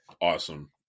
Awesome